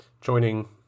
joining